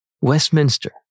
Westminster